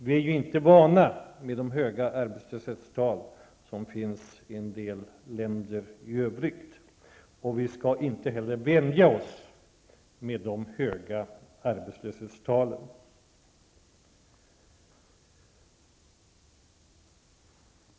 Vi är inte vana med de höga arbetslöshetstal som finns i en del andra länder, och vi skall inte heller vänja oss med de höga arbetslöshetstalen.